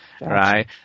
right